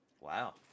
Wow